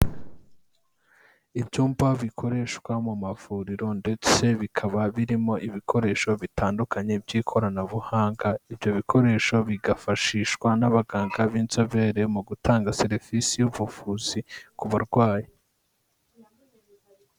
Ibyumba bikoreshwa mu mavuriro ndetse bikaba birimo ibikoresho bitandukanye by'ikoranabuhanga, ibyo bikoresho bigafashishwa n'abaganga b'inzobere mu gutanga serivisi y'ubuvuzi ku barwayi.